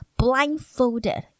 blindfolded